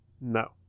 No